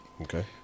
okay